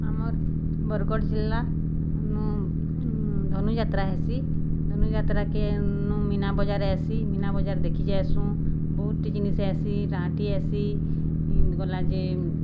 ଆମର୍ ବର୍ଗଡ଼୍ ଜିଲ୍ଲାନୁ ଧନୁଯାତ୍ରା ହେସି ଧନୁଯାତ୍ରାକେ ନୁ ମିନା ବଜାର୍ ଆଏସି ମିନା ବଜାର୍ ଦେଖିଯାଏସୁଁ ବହୁତ୍ଟେ ଜିନିଷ୍ ଆଏସି ରାହାଟି ଆଏସି ଗଲା ଯେ